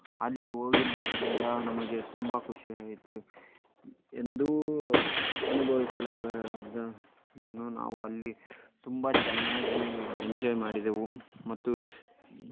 ಅಲ್ಲಿ ಹೋಗಿದ್ದರಿಂದ ನಮಗೆ ತುಂಬ ಖುಷಿಯಾಯಿತು ಎಂದೂ ಅನುಭವಿಸಲಾಗದ್ದನ್ನು ನಾವು ಅಲ್ಲಿ ತುಂಬ ಚೆನ್ನಾಗಿ ಎಂಜಾಯ್ ಮಾಡಿದೆವು ಮತ್ತು